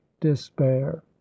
despair